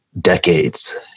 decades